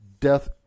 death